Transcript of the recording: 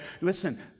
Listen